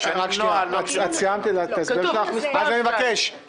--- אני מבקש,